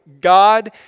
God